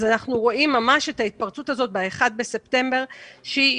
אנחנו רואים ממש את ההתפרצות הזאת ב-1 בספטמבר שהיא